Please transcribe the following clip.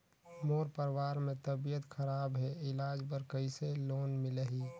मोर परवार मे तबियत खराब हे इलाज बर कइसे लोन मिलही?